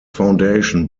foundation